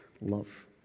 love